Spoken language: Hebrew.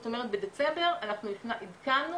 זאת אומרת בדצמבר אנחנו עדכנו,